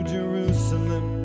Jerusalem